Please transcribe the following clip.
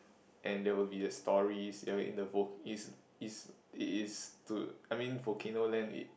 and there will be the stories there will in the vo~ is is it is to I mean volcano land it